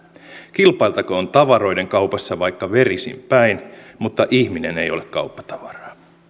kilpailtakoon tavaroiden kaupassa vaikka verisin päin mutta ihminen ei ole kauppatavaraa